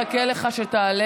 אני אחכה לך שתעלה.